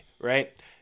right